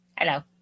Hello